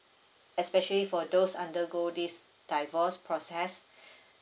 especially for those undergo this divorce process